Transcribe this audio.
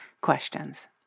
questions